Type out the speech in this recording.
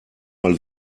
mal